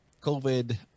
COVID